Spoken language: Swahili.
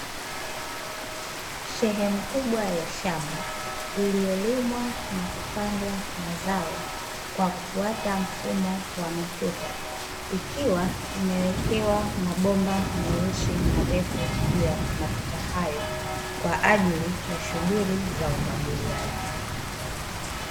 Sehemu kubwa ya shamba iliyolimwa na kupandwa mazao kwa kufuata mfumo wa matuta, ikiwa imewekewa mabomba meusi marefu juu ya matuta hayo kwa ajili ya shughuli za umwagiliaji.